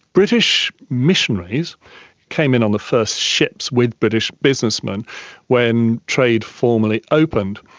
british missionaries came in on the first ships with british businessmen when trade formally opened,